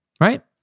Right